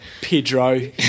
Pedro